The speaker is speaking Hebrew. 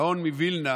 הגאון מווילנה